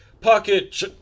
pocket